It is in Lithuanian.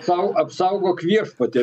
sau apsaugok viešpatie